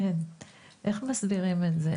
איך מסדירים את זה,